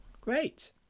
great